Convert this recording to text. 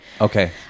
Okay